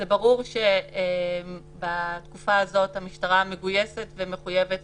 זה ברור שבתקופה הזאת המשטרה מגויסת ומחויבת